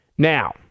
Now